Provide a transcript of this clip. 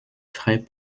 frais